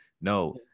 No